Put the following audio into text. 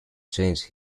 change